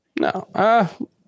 No